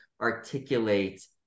articulate